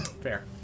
Fair